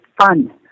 fun